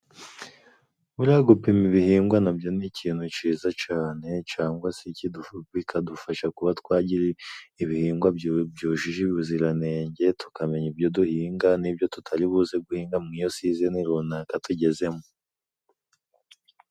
Buriya gupima ibihingwa nabyo ni ikintu ciza cane, cangwa se bikadufasha kuba twagira ibihingwa byujuje ubuziranenge. Tukamenya ibyo duhinga n'ibyo tutari buze guhinga, mu iyosizeni runaka tugezemo.